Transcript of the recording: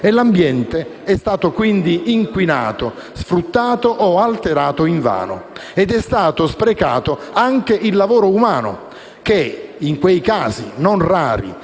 l'ambiente è stato quindi inquinato, sfruttato o alterato invano. Ed è stato sprecato anche il lavoro umano, che, in quei casi non rari